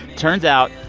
turns out,